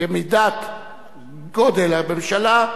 כמידת גודל הממשלה,